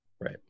Right